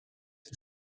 iki